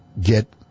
get